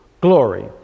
glory